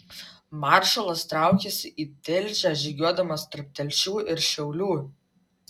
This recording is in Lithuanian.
maršalas traukėsi į tilžę žygiuodamas tarp telšių ir šiaulių